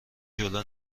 جلو